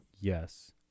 yes